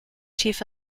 chief